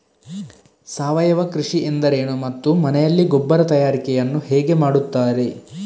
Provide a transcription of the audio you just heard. ಸಾವಯವ ಕೃಷಿ ಎಂದರೇನು ಮತ್ತು ಮನೆಯಲ್ಲಿ ಗೊಬ್ಬರ ತಯಾರಿಕೆ ಯನ್ನು ಹೇಗೆ ಮಾಡುತ್ತಾರೆ?